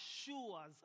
assures